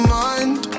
mind